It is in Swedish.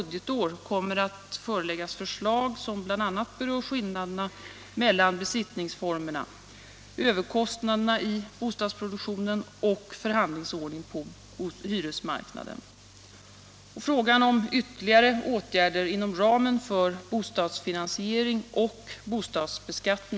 Om ökad rättvisa i